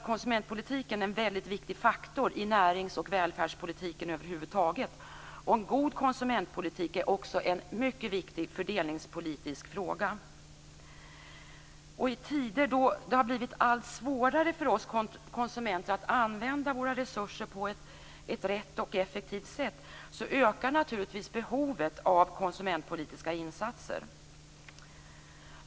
Konsumentpolitiken är en väldigt viktig faktor i närings och välfärdspolitiken över huvud taget. En god konsumentpolitik är också en mycket viktig fördelningspolitisk fråga. I tider då det har blivit allt svårare för oss konsumenter att använda våra resurser på ett riktigt och effektivt sätt ökar naturligtvis behovet av konsumentpolitiska insatser.